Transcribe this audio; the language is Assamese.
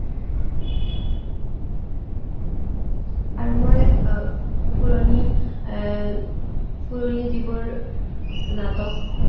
আৰু মই পুৰণি পুৰণি যিবোৰ নাটক